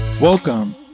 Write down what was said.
Welcome